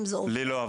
לי לא,